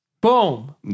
Boom